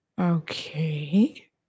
okay